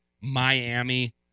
Miami